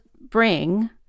bring